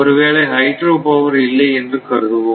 ஒருவேளை hydro power இல்லை என்று கருதுவோம்